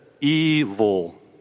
evil